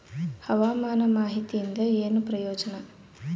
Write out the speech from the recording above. ಹವಾಮಾನ ಮಾಹಿತಿಯಿಂದ ಏನು ಪ್ರಯೋಜನ?